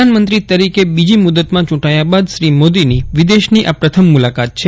પ્રધાનમંત્રી તરીકે બીજી મુદતમાં ચુંટાયા બાદ શ્રી મોદીની વિદેશની આ પ્રથમ મુલાકાત છે